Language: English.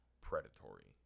predatory